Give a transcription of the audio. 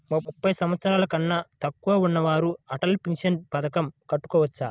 ముప్పై సంవత్సరాలకన్నా తక్కువ ఉన్నవారు అటల్ పెన్షన్ పథకం కట్టుకోవచ్చా?